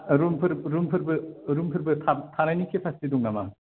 रुमफोर रुमफोरबो रुमफोरबो थानायनि केपासिटि दं नामा